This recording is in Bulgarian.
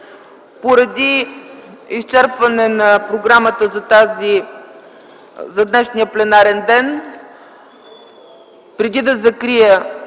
Поради изчерпване на програмата за днешния пленарен ден, преди да закрия